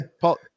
Paul